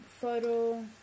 Photo